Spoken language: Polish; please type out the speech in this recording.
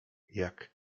jak